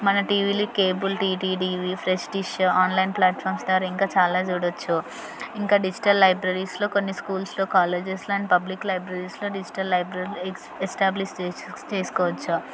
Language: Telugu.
మన టీవీలో కేబుల్ టీటీడీ ఫ్రెష్టి షో ఆన్లైన్ ప్లాట్ఫామ్స్ ద్వారా ఇంకా చాలా చూడవచ్చు ఇంకా డిజిటల్ లైబ్రరీస్లో కొన్ని స్కూల్స్లో కాలేజెస్లో అండ్ పబ్లిక్ లైబ్రరీస్లో డిజిటల్ లైబ్రరీ ఎక్స్ ఎస్టాబ్లిష్ చేస్ చేసుకోవచ్చు